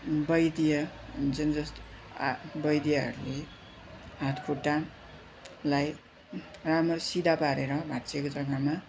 वैद्य जुन जस्तो आ वैद्यहरूले हातखट्टालाई राम्ररी सिधा पारेर भाँच्चिएको जग्गामा